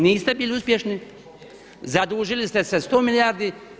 Niste bili uspješni, zadužili ste se sto milijardi.